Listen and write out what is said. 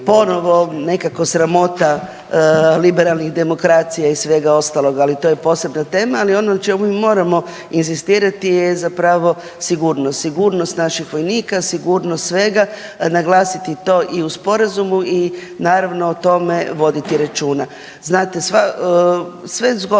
ponovo nekako sramota liberalnih demokracija i svega ostaloga, ali to je posebna tema, ali ono na čemu moramo inzistirati je zapravo sigurnost. Sigurnost naših vojnika, sigurnost svega, naglasiti to i u Sporazumu i naravno, o tome voditi računa. Znate, sva, sve zgodno